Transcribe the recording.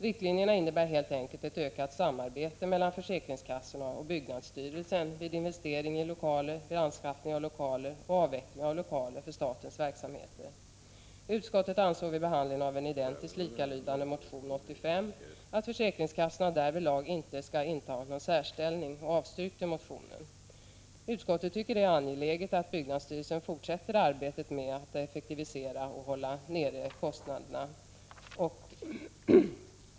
Riktlinjerna innebär helt enkelt ett ökat samarbete mellan försäkringskassorna och byggnadsstyrelsen vid investering i, anskaffning och avveckling av lokaler för statens verksamheter. Utskottet ansåg vid behandlingen av en identiskt lydande motion våren 1985 att försäkringskassorna därvidlag inte skall inta någon särställning och avstyrkte motionen. Utskottet tycker att det är angeläget att byggnadsstyrelsen fortsätter arbetet med att effektivisera och hålla nere kostnaderna.